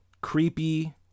creepy